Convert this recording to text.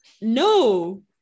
No